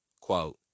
Quote